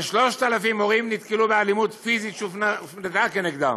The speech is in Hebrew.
ו-3,000 מורים נתקלו באלימות פיזית שהופנתה נגדם.